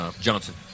Johnson